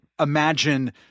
imagine